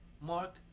Mark